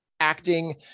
acting